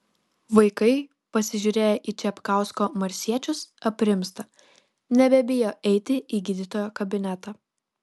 vaikai pasižiūrėję į čepkausko marsiečius aprimsta nebebijo eiti į gydytojo kabinetą